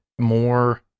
more